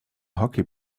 hockey